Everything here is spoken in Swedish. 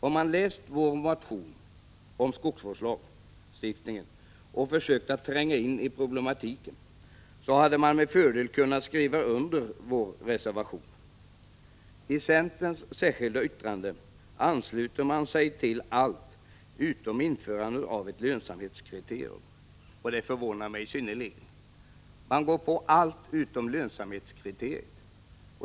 Om man läst vår motion om skogsvårdslagstiftningen och försökt tränga in i problematiken, hade man med fördel kunnat skriva under vår reservation. I centerns särskilda yttrande ansluter man sig till allt utom införandet av ett lönsamhetskriterium, vilket förvånar mig synnerligen.